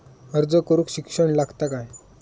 अर्ज करूक शिक्षण लागता काय?